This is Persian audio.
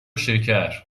شکر